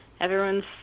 everyone's